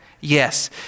yes